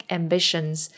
ambitions